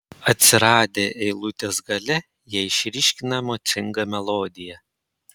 atsiradę eilutės gale jie išryškina emocingą melodiją